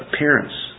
Appearance